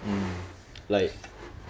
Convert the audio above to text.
mm like